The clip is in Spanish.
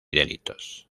delitos